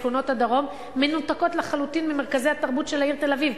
שכונות הדרום מנותקות לחלוטין ממרכזי התרבות של העיר תל-אביב.